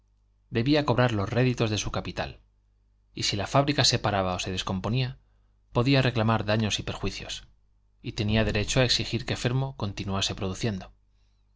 debía cobrar los réditos de su capital y si la fábrica se paraba o se descomponía podía reclamar daños y perjuicios tenía derecho a exigir que fermo continuase produciendo